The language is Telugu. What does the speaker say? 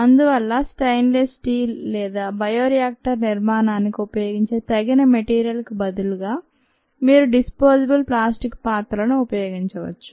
అందువల్ల స్టెయిన్ లెస్ స్టీల్ లేదా బయోరియాక్టర్ నిర్మాణానికి ఉపయోగించే తగిన మెటీరియల్ కు బదులుగా మీరు డిస్పోజబుల్ ప్లాస్టిక్ పాత్రలను ఉపయోగించవచ్చు